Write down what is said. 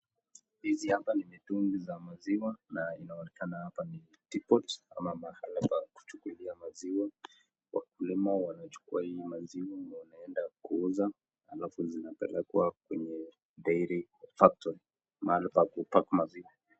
Hizi hapa ni mitungi za maziwa na inaonekana hapa ni depot ama mahala pa kuchukua maziwa, wakulima wanachukuwa maziwa wanaenda kuuza alafu zinapelekwa kwenye dairy factory , mahali pa kupaki maziwa.